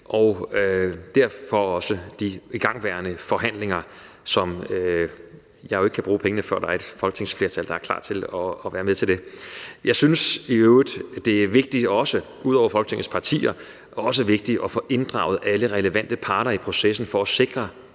– derfor også de igangværende forhandlinger. Jeg kan jo ikke bruge pengene, før der er et folketingsflertal, der er klar til at være med til det. Jeg synes i øvrigt, det er vigtigt også at få inddraget alle relevante parter i processen for at sikre,